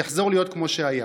יחזור להיות כמו שהיה.